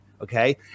okay